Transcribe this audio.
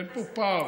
אין פה פער.